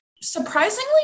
Surprisingly